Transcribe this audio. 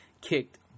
kicked